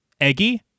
Eggie